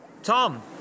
Tom